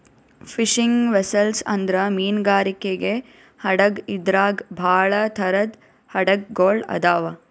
fishing vessel ಅಂದ್ರ ಮೀನ್ಗಾರಿಕೆ ಹಡಗ್ ಇದ್ರಾಗ್ ಭಾಳ್ ಥರದ್ ಹಡಗ್ ಗೊಳ್ ಅದಾವ್